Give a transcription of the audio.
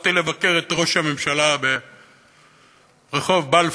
הלכתי לבקר את ראש הממשלה ברחוב בלפור,